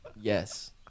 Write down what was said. Yes